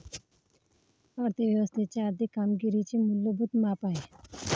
अर्थ व्यवस्थेच्या आर्थिक कामगिरीचे मूलभूत माप आहे